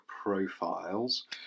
profiles